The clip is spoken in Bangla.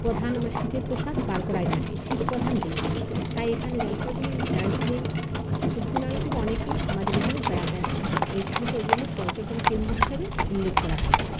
প্রধান মানে শীতের পোশাক বার করাই থাকে শীতপ্রধান দেশ তাই এখানে জলপাইগুড়ি দার্জিলিং পশ্চিমবাংলা থেকে অনেকেই আমাদের এখানে বেড়াতে আসে আর এখানকে ওই জন্যই পর্যটন কেন্দ্র হিসাবে উল্লেখ করা হয়েছে